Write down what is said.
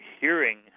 hearing